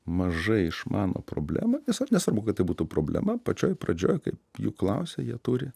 mažai išmano problemą nesvarbu kad tai būtų problema pačioj pradžioj kai jų klausia jie turi